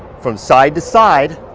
from side to side,